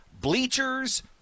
bleachers